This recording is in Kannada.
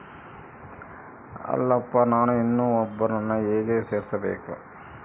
ಅಲ್ಲಪ್ಪ ನಾನು ಇನ್ನೂ ಒಬ್ಬರನ್ನ ಹೇಗೆ ಸೇರಿಸಬೇಕು?